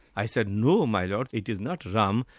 i said, no, my lord, it is not rum,